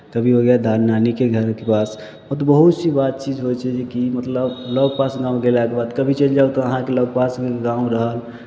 कभी हो गया दा नानीके घरके पास ओ तऽ बहुत सी बात चीज होइ छै जे कि मतलब लग पासमे आब गेलाके बाद कभी चलि जाउ तऽ अहाँके लग पासमे गाँव रहल